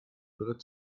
brett